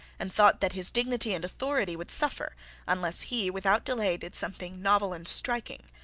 and thought that his dignity and authority would suffer unless he without delay did something novel and striking.